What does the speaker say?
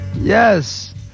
yes